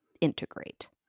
integrate